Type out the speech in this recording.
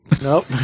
Nope